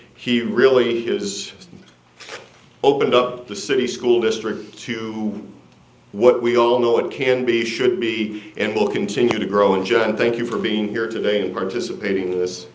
he really has opened up the city school district to what we all know it can be should be and will continue to grow and john thank you for being here today and participating in this